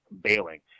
bailing